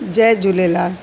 Jay Jhulelal